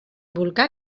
volcà